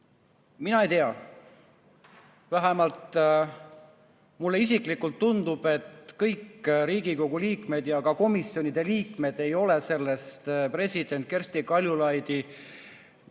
Mina ei tea, vähemalt mulle isiklikult tundub, et kõik Riigikogu liikmed ja ka komisjonide liikmed ei ole sellest president Kersti Kaljulaidi